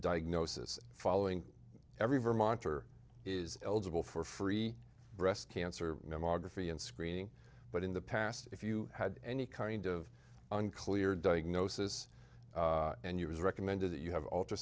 diagnosis following every vermonter is eligible for free breast cancer memoir graphy and screening but in the past if you had any kind of unclear diagnosis and it was recommended that you have alt